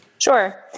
Sure